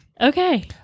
Okay